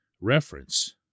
reference